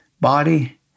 body